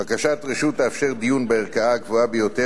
בקשת רשות תאפשר דיון בערכאה הגבוהה ביותר